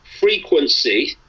Frequency